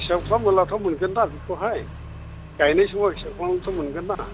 हिसाब खालामब्लाथ' मोनगोन दा बेखौहाय गायनाय समाव हिसाब खालामबानोथ' मोनगोन ना